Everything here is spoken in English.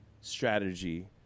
strategy